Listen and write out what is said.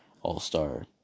all-star